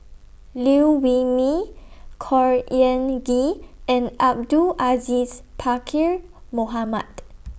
Liew Wee Mee Khor Ean Ghee and Abdul Aziz Pakkeer Mohamed